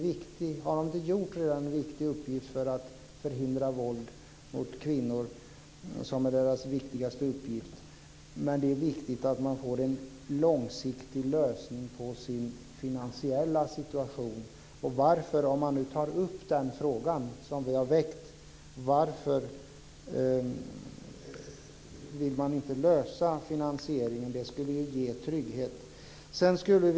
Centrumets viktigaste uppgift är att förhindra våld mot kvinnor, och det är angeläget att få en långsiktig lösning av dess finansiella situation. Varför vill man inte lösa finansieringsfrågan, vilket skulle ge en trygghet? Herr talman!